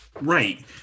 Right